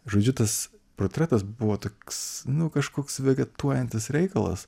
žodžiu tas portretas buvo toks nu kažkoks vegetuojantis reikalas